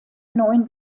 neun